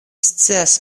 scias